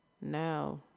now